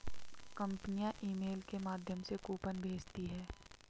कंपनियां ईमेल के माध्यम से कूपन भेजती है